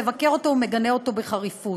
מבקר אותו ומגנה אותו בחריפות.